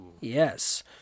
yes